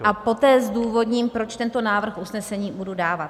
a poté zdůvodním, proč tento návrh usnesení budu dávat.